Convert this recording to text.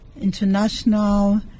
international